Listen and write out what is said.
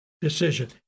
decision